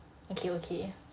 okay okay